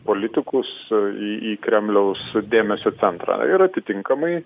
politikus į į kremliaus dėmesio centrą ir atitinkamai